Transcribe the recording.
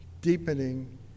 deepening